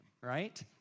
right